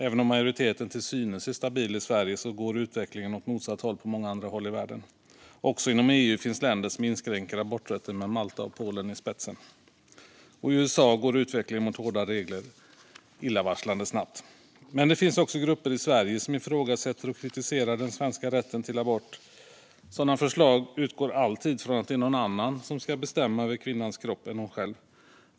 Även om majoriteten till synes är stabil i Sverige går utvecklingen åt motsatt håll på många andra håll i världen. Också inom EU finns det länder som inskränker aborträtten, med Malta och Polen i spetsen. Och i USA går utvecklingen mot hårdare regler illavarslande snabbt. Men det finns också grupper i Sverige som ifrågasätter och kritiserar den svenska rätten till abort. Sådana förslag utgår alltid från att det är någon annan än kvinnan själv som ska bestämma över hennes kropp.